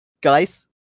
guys